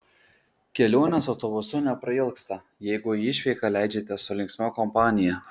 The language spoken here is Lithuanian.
kelionės autobusu neprailgsta jeigu į išvyką leidžiatės su linksma kompanija